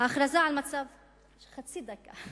את מצב החירום,